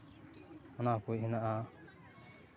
ᱚᱱᱟ ᱠᱩᱡ ᱦᱮᱱᱟᱜᱼᱟ